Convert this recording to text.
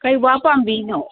ꯀꯔꯤ ꯋꯥ ꯄꯥꯝꯕꯤꯔꯤꯅꯣ